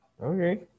Okay